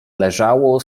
leżało